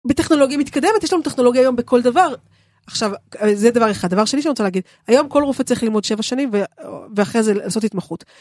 בטכנולוגיה מתקדמת, יש לנו טכנולוגיה היום בכל דבר. עכשיו, זה דבר אחד, דבר שני שאני רוצה להגיד, היום כל רופא צריך ללמוד שבע שנים ואחרי זה לעשות התמחות.